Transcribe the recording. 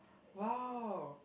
!wow!